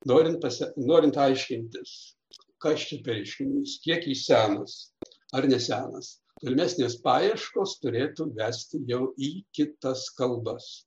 norint pasiek norint aiškintis kas čia per reiškinys kiek jis senas ar nesenas tolimesnės paieškos turėtų vesti jau į kitas kalbas